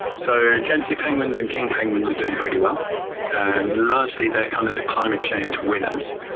so gentoo penguins and king penguins are doing pretty well and, largely, they're kind of the climate change winners.